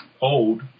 old